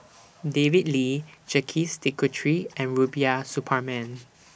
David Lee Jacques De Coutre and Rubiah Suparman